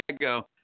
go